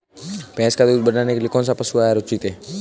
भैंस का दूध बढ़ाने के लिए कौनसा पशु आहार उचित है?